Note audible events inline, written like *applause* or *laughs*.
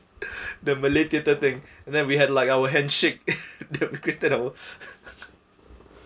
the malay theatre thing and then we had like our handshake *laughs* that encrypted our